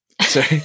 Sorry